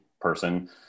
person